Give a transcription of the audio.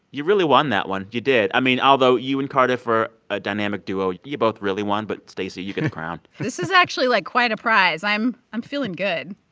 you really won that one. you did. i mean, although, you and cardiff are a dynamic duo, you both really won. but stacey, you get the crown this is actually, like, quite a prize. i'm i'm feeling good.